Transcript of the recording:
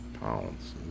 pounds